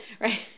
right